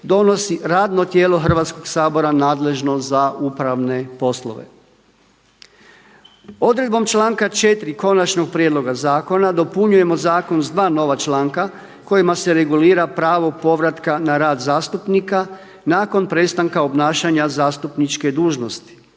donosi radno tijelo Hrvatskog sabora nadležno za upravne poslove. Odredbom članka 4. Konačnog prijedloga zakona dopunjujemo zakon sa dva nova članka kojima se regulira pravo povratka na rad zastupnika nakon prestanka obnašanja zastupničke dužnosti